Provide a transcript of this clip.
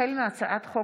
החל בהצעת חוק